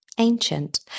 ancient